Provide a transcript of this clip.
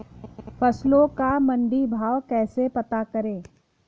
फसलों का मंडी भाव कैसे पता करें?